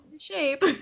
shape